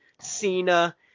Cena